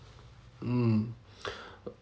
mm